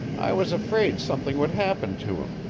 i was afraid something would happen to him,